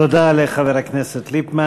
תודה לחבר הכנסת ליפמן.